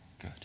good